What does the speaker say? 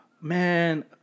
Man